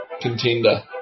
contender